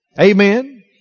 amen